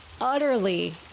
utterly